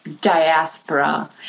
diaspora